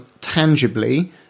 tangibly